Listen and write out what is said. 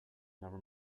never